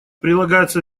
прилагаются